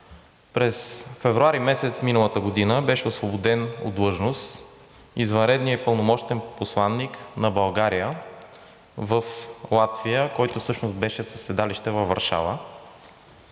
през февруари месец миналата година беше освободен от длъжност извънредният и пълномощен посланик на България в Латвия, който всъщност беше със седалище във Варшава.